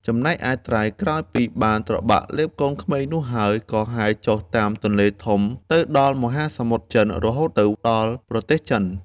ចំណែកឯត្រី ក្រោយពីបានត្របាក់លេបកូនក្មេងនោះហើយ ក៏ហែលចុះតាមទន្លេធំទៅដល់មហាសមុទ្រចិន រហូតទៅដល់ប្រទេសចិន។